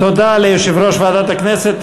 תודה ליושב-ראש ועדת הכנסת.